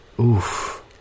Oof